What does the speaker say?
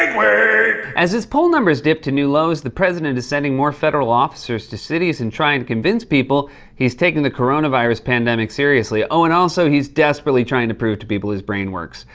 like as his poll numbers dip to new lows, the president is sending more federal officers to cities and trying to convince people he's taking the coronavirus pandemic seriously. oh, and also, he's desperately trying to prove to people his brain works.